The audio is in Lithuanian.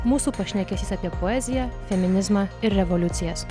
mūsų pašnekesys apie poeziją feminizmą ir revoliucijas